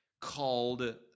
called